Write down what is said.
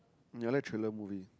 ya I like thriller movies